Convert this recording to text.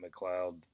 McLeod